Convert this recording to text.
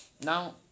Now